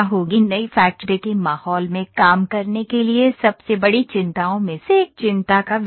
नई फैक्ट्री के माहौल में काम करने के लिए सबसे बड़ी चिंताओं में से एक चिंता का विषय है